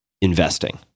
investing